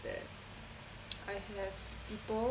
that I have people